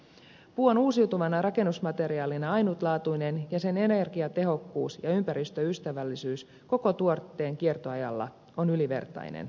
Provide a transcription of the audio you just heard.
puu on uusiutuvana rakennusmateriaalina ainutlaatuinen ja sen energiatehokkuus ja ympäristöystävällisyys koko tuotteen kiertoajalla on ylivertainen